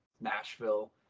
nashville